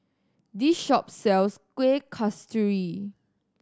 this shop sells Kueh Kasturi